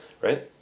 right